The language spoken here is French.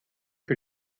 que